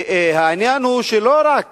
העניין הוא שלא רק